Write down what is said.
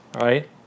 right